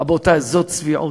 רבותי, זאת צביעות.